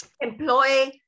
employ